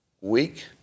week